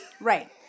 Right